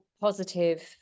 positive